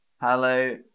Hello